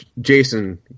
Jason